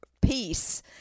peace